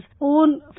own